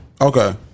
Okay